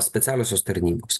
specialiosios tarnybos